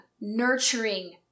nurturing